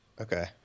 Okay